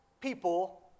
people